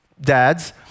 dads